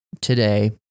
today